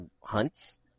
hunts